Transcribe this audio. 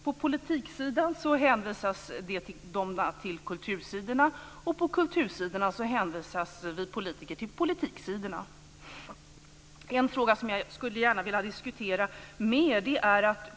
På politiksidan hänvisas det bl.a. till kultursidorna, och på kultursidorna hänvisas vi politiker till politiksidorna. Det finns en fråga som jag gärna skulle vilja diskutera mer.